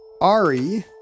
Ari